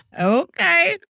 Okay